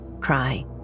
cry